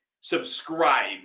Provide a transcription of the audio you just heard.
subscribe